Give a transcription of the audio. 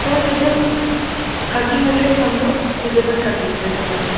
sir within thirty minutes हम लोग deliver कर देते हैं समान